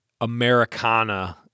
Americana